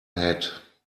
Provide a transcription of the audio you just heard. hat